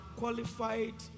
qualified